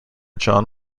john